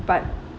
but